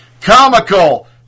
Comical